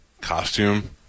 costume